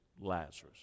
Lazarus